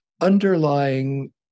underlying